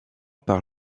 par